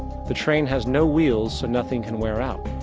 the train has no wheels, so nothing can wear out.